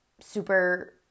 super